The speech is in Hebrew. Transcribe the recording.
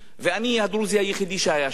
ואני הדרוזי היחידי שהיה שם.